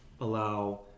allow